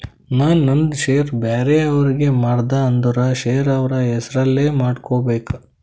ನಾ ನಂದ್ ಶೇರ್ ಬ್ಯಾರೆ ಅವ್ರಿಗೆ ಮಾರ್ದ ಅಂದುರ್ ಶೇರ್ ಅವ್ರ ಹೆಸುರ್ಲೆ ಮಾಡ್ಕೋಬೇಕ್